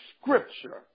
Scripture